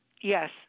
Yes